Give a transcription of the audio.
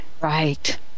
Right